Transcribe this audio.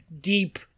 deep